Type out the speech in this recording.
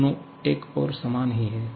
दोनों एक और सामान ही हैं